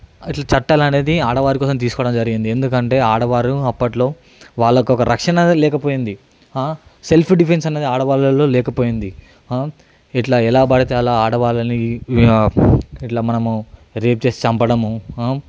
ఇట్లా చట్టాలు అనేది ఆడవారి కోసం తీసుకోవడం జరిగింది ఎందుకంటే ఆడవారు అప్పట్లో వాళ్లకి ఒక రక్షణ అనేది లేకపోయింది సెల్ఫ్ డిఫెన్స్ అనేది ఆడవాళ్ళలో లేకపోయింది ఇట్లా ఎలా పడితే అలా ఆడవాళ్ళని ఇట్లా మనము రేప్ చేసి చంపడము